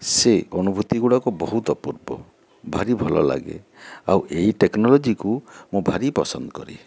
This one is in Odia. ସେ ଅନୁଭୂତି ଗୁଡ଼ାକ ବହୁତ ଅପୂର୍ବ ଭାରି ଭଲ ଲାଗେ ଆଉ ଏହି ଟେକ୍ନୋଲୋଜିକୁ ମୁଁ ଭାରି ପସନ୍ଦ କରେ